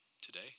today